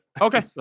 Okay